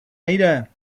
nejde